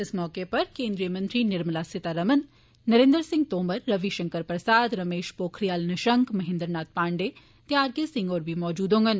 इस मौके पर केंद्रीय मंत्री निर्मला सीतारमण नरेंद्र सिंह तोमर रवि षंकर प्रसाद रमेष पोखरियाल निषंक महेंद्र नाथ पांडे ते आर के सिंह होर बी मजूद होंडन